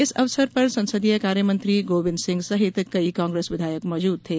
इस अवसर पर संसदीय कार्य मंत्री गोविंद सिंह सहित कई कांग्रेस विधायक मौजूद थे